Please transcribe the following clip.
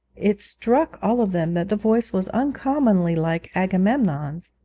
it struck all of them that the voice was uncommonly like agamemnon's,